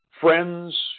friends